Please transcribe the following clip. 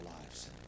lives